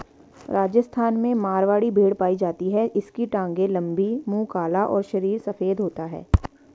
राजस्थान में मारवाड़ी भेड़ पाई जाती है इसकी टांगे लंबी, मुंह काला और शरीर सफेद होता है